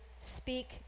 speak